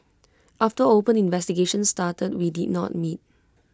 after open investigations started we did not meet